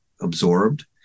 absorbed